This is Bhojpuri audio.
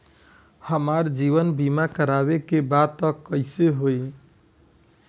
हमार जीवन बीमा करवावे के बा त कैसे होई?